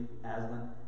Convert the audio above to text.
Aslan